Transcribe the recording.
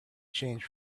change